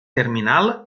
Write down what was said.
terminal